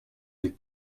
des